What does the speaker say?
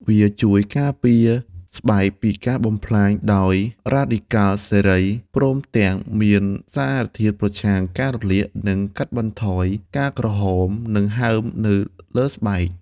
វាជួយការពារស្បែកពីការបំផ្លាញដោយរ៉ាឌីកាល់សេរី ព្រមទាំងមានសារធាតុប្រឆាំងការរលាក ដែលកាត់បន្ថយការក្រហម និងហើមនៅលើស្បែក។